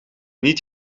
niet